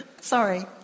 Sorry